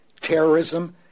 terrorism